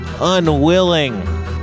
unwilling